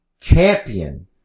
champion